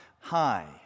high